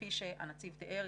כפי שהנציב תיאר,